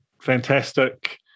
fantastic